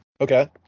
Okay